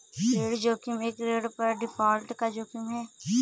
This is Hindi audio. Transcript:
ऋण जोखिम एक ऋण पर डिफ़ॉल्ट का जोखिम है